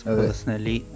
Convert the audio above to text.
personally